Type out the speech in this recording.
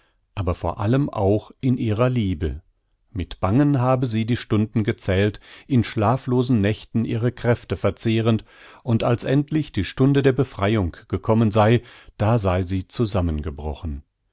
aber vor allem auch in ihrer liebe mit bangen habe sie die stunden gezählt in schlaflosen nächten ihre kräfte verzehrend und als endlich die stunde der befreiung gekommen sei da sei sie zusammengebrochen